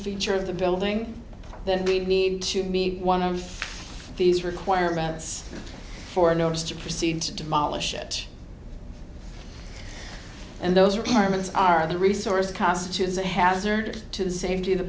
feature of the building then we need to be one of these requirements for a notice to proceed to demolish it and those requirements are the resource constitutes a hazard to the safety of the